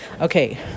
Okay